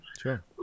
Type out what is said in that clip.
Sure